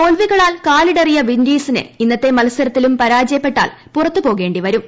തോൽവികളാൽ കാലിടറിയ വിന്റീസിന് ഇന്നത്തെ മത്സരത്തിലും പരാജയപ്പെട്ടാൽ പുറത്ത് പോകേണ്ടി വരും